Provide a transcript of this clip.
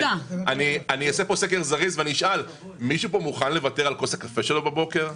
אעשה סקר זריז ואשאל: מישהו פה מוכן לוותר על כוס הקפה בבוקר?